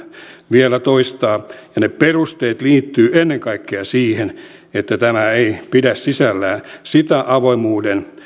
vielä toistaa ne perusteet liittyvät ennen kaikkea siihen että tämä ei pidä sisällään sitä avoimuuden